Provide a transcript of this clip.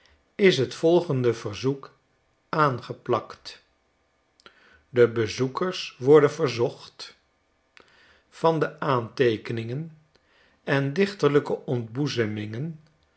is het volgende verzoek aangeplakt de bezoekers worden verzocht van de aanteekeningen en